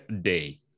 day